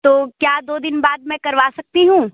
तो क्या दो दिन बाद मैं करवा सकती हूं